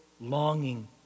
longing